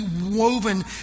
woven